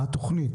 מה התוכנית?